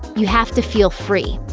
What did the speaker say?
you have to feel free,